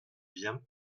bien